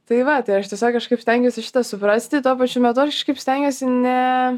tai va tai aš tiesiog kažkaip stengiuosi šitą suprasti tuo pačiu metu aš kažkaip stengiasi ne